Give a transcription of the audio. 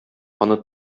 аны